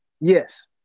Yes